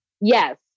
Yes